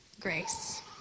grace